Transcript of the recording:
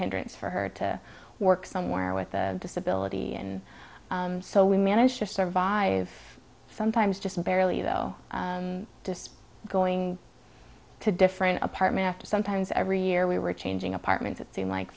hindrance for her to work somewhere with the disability and so we managed to survive sometimes just barely though just going to different apartment after sometimes every year we were changing apartments it seemed like